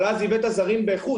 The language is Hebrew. אבל אז הבאת זרים באיכות.